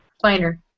Planer